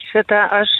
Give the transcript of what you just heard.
šitą aš